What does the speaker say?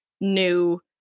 new